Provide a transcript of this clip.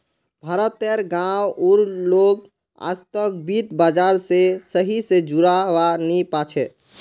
भारत तेर गांव उर लोग आजतक वित्त बाजार से सही से जुड़ा वा नहीं पा छे